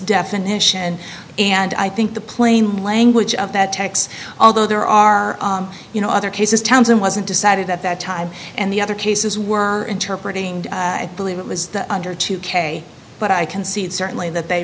definition and i think the plain language of that tax although there are you know other cases towns and wasn't decided at that time and the other cases were interpreting it believe it was the under two k but i concede certainly that they